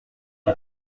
uko